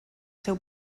seu